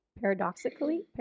paradoxically